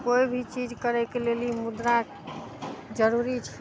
कोइ भी चीज करयके लेल ई मुद्रा जरूरी छै